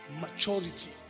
maturity